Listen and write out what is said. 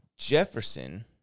Jefferson